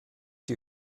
die